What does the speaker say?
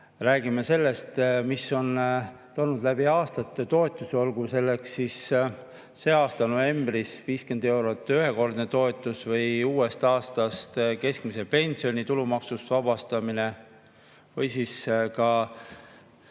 Räägime sellest, mis on tulnud läbi aastate toetusena, olgu see siis selle aasta novembris 50 eurot ühekordset toetust või uuest aastast keskmise pensioni tulumaksust vabastamine või siis